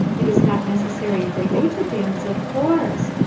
it is not necessary for you to dance, of course.